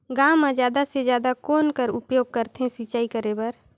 गांव म जादा से जादा कौन कर उपयोग करथे सिंचाई करे बर?